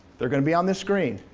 they're gonna be on the screen.